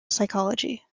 psychology